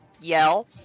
yell